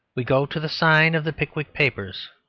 we go to the sign of the pickwick papers.